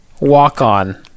walk-on